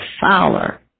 fowler